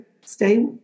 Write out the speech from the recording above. stay